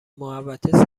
محوطه